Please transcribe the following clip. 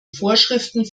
vorschriften